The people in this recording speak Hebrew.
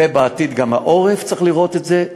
ובעתיד גם פיקוד העורף צריך לראות את זה.